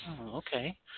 Okay